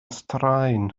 straen